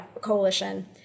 Coalition